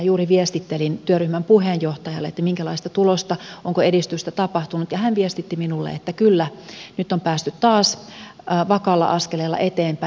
juuri viestittelin työryhmän puheenjohtajalle minkälaista tulosta on tullut onko edistystä tapahtunut ja hän viestitti minulle että kyllä nyt on päästy taas vakaalla askeleella eteenpäin